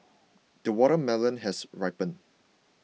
the watermelon has ripened